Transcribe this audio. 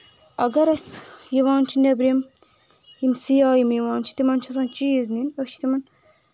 اَگر أسی یِوان چھِ نیٚبرِم سِیاہ یِم یِوان چھِ تِمن چھِ آسان چیٖٖز نینۍ أسۍ چھِ تِمن